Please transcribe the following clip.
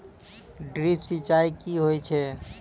Drip सिंचाई कि होय छै?